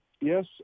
Yes